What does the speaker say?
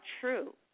true